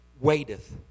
Waiteth